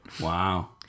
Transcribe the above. Wow